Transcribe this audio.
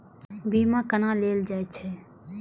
बीमा केना ले जाए छे?